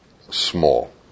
small